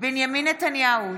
בנימין נתניהו,